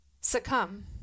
succumb